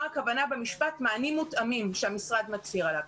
הכוונה במשפט "מענים מותאמים" שהמשרד מצהיר עליו.